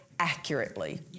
accurately